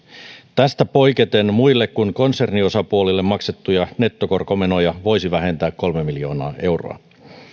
tästä poiketen muille kuin konserniosapuolille maksettuja nettokorkomenoja voisi vähentää kolme miljoonaa euroa